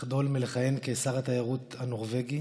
לחדול מלכהן כשר התיירות הנורבגי